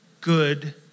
good